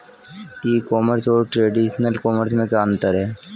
ई commerce और traditional commerce में क्या अंतर है?